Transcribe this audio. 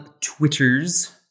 Twitter's